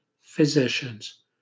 physicians